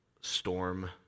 storm